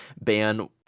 ban